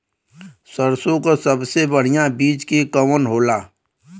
सरसों क सबसे बढ़िया बिज के कवन होला?